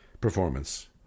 performance